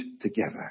together